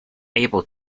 able